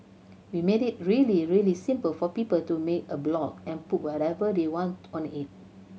we made it really really simple for people to make a blog and put whatever they want on it